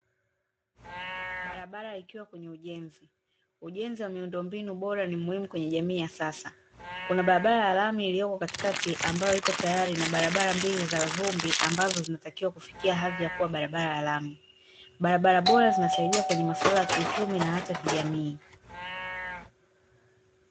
Barabara ikiwa kwenye ujenzi, ujenzi wa miundombinu bora ni muhimu kwenye jamii ya sasa, kuna barabara ya lami iliyoko katikati ambayo iko tayari na barabara mbili za vumbi ambazo zinatakiwa kufikia hadhi ya kuwa barabara ya lami, barabara bora zinasaidia kwenye maswala ya kiuchumi na hata kijamii.